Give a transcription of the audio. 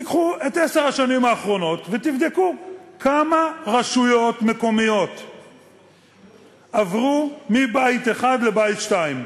תיקחו את עשר השנים האחרונות ותבדקו: כמה רשויות עברו מבית 1 לבית 2,